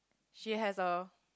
she has a